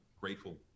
grateful